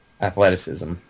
athleticism